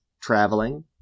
traveling